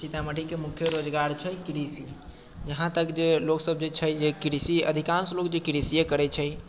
सीतामढ़ीके मुख्य रोजगार छै कृषि यहाँ तक जे लोकसब जे छै जे कृषि अधिकांश लोक तऽ कृषिए करै छै